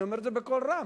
אני אומר את זה בקול רם.